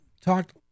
talked